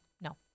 no